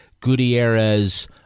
Gutierrez